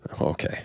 Okay